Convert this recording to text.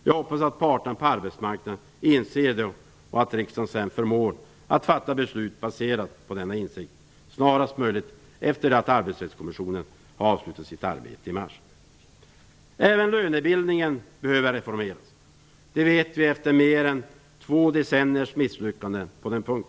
Jag hoppas att parterna på arbetsmarknaden inser detta och att riksdagen sedan förmår fatta beslut baserat på denna insikt, snarast möjligt efter det att Arbetsrättskommissionen har avslutat sitt arbete i mars. Även lönebildningen behöver reformeras - det vet vi efter mer än två decenniers misslyckanden på denna punkt.